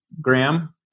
Graham